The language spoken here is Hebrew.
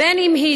אם היא